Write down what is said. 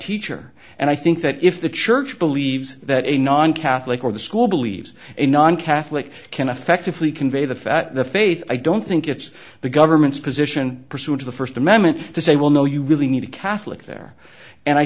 teacher and i think that if the church believes that a non catholic or the school believes a non catholic can effectively convey the fact the faith i don't think it's the government's position pursuant to the first amendment to say well no you really need a catholic there and i